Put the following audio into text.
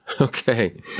Okay